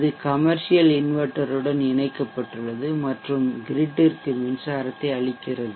இது கமெர்ஷியல் இன்வெர்ட்டருடன் இணைக்கப்பட்டுள்ளது மற்றும் கிரிட்ற்கு மின்சாரத்தை அளிக்கிறது